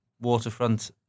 waterfront